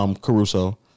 Caruso